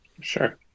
Sure